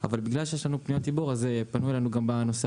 אבל בגלל שיש לנו פניות ציבור אז פנו אלינו גם בנושא